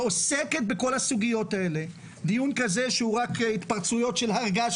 שעוסקת בכל הסוגיות האלה דיון כזה שהוא רק התפרצויות קטנות של הר געש